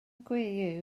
gwir